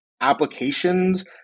applications